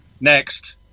Next